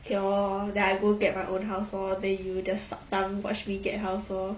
okay lor then I go get my own household then you just suck thumb watch me get household